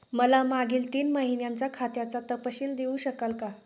मला मागील तीन महिन्यांचा खात्याचा तपशील देऊ शकाल का?